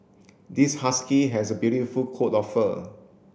this husky has a beautiful coat of fur